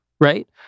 right